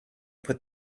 put